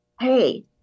hey